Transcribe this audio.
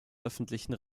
öffentlichen